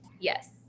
Yes